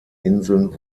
inseln